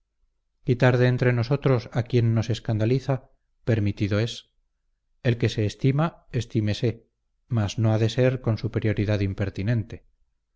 quitar de entre nosotros a quien nos escandaliza permitido es el que se estima estímese mas no ha de ser con superioridad impertinente